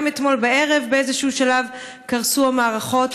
גם אתמול בערב באיזשהו שלב קרסו המערכות.